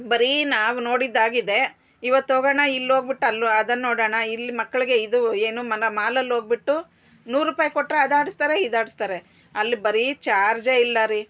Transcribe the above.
ಬರಿ ನಾವು ನೋಡಿದ್ದಾಗಿದೆ ಇವತ್ತು ಹೋಗೋಣ ಇಲ್ಲಿ ಹೋಗ್ಬುಟ್ ಅಲ್ಲು ಅದನ್ನು ನೋಡೋಣ ಇಲ್ಲಿ ಮಕ್ಳಿಗೆ ಇದು ಏನು ಮನ ಮಾಲಲ್ಲಿ ಹೋಗ್ಬಿಟ್ಟು ನೂರು ರೂಪಾಯ್ ಕೊಟ್ಟರೆ ಅದು ಆಡಿಸ್ತಾರೆ ಇದು ಆಡಿಸ್ತಾರೆ ಅಲ್ಲಿ ಬರಿ ಚಾರ್ಜೇ ಇಲ್ಲ ರೀ